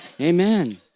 amen